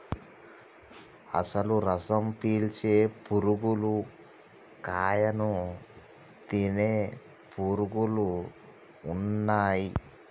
అసలు రసం పీల్చే పురుగులు కాయను తినే పురుగులు ఉన్నయ్యి